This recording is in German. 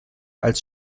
als